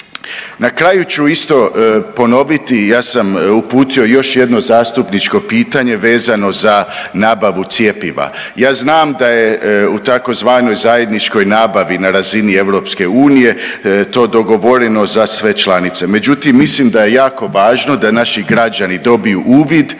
Na kraju ću isto ponoviti, ja sam uputio još jedno zastupničko pitanje vezano za nabavu cjepiva. Ja znam da je u tzv. zajedničkoj nabavi na razini EU to dogovoreno za sve članice. Međutim, mislim da je jako važno da naši građani dobiju uvid